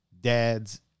Dads